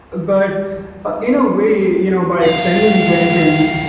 but in a way, you know by extending jenkins,